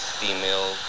female